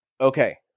Okay